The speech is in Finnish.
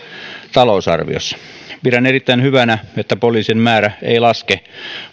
talousarviossa pidän erittäin hyvänä että poliisien määrä ei laske